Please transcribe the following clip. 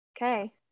Okay